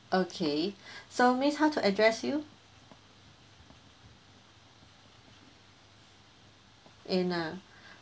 okay so miss how to address you anna